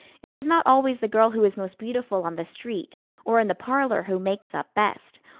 it is not always the girl who is most beautiful on the street or in the parlor who makes up best.